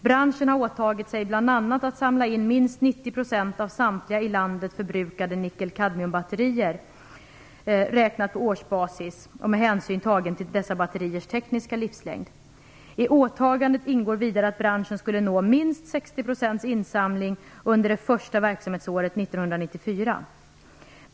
Branschen har åtagit sig bl.a. att samla in minst 90 % av samtliga i landet förbrukade nickelkadmiumbatterier, räknat på årsbasis och med hänsyn tagen till dessa batteriers tekniska livslängd. I åtagandet ingår vidare att branschen skulle nå minst 60 % insamling under det första verksamhetsåret 1994.